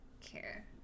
care